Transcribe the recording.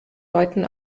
deuten